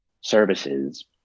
services